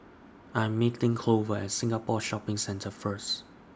I Am meeting Glover At Singapore Shopping Centre First